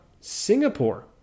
Singapore